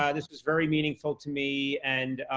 yeah this was very meaningful to me and